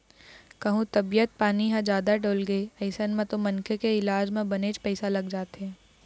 कहूँ तबीयत पानी ह जादा डोलगे अइसन म तो मनखे के इलाज म बनेच पइसा लग जाथे